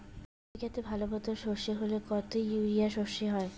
এক বিঘাতে ভালো মতো সর্ষে হলে কত ইউরিয়া সর্ষে হয়?